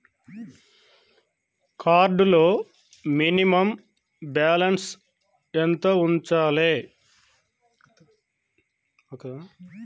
Card లో minimum balance ఎంత ఉంచాలే?